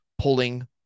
pulling